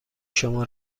شما